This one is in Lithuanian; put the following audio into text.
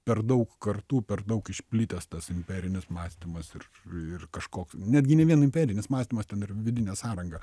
per daug kartų per daug išplitęs tas imperinis mąstymas ir ir kažkoks netgi ne vien imperinis mąstymas ten ir vidinė sąranga